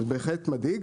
בהחלט מדאיג.